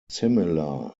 similar